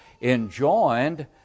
enjoined